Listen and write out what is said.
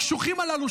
הקשוחים הללו,